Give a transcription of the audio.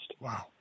Wow